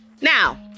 Now